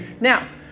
Now